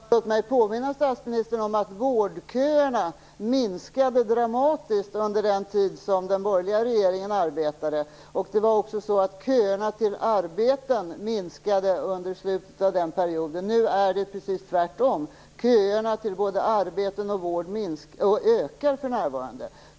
Fru talman! Låt mig påminna statsministern om att vårdköerna minskade dramatiskt under den tid som den borgerliga regeringen arbetade. Det var också så att köerna till arbeten minskade under slutet av den perioden. Nu är det precis tvärtom. Köerna till både arbete och vård ökar för närvarande.